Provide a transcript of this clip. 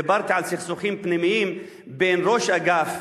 דיברתי על סכסוכים פנימיים בין ראש אגף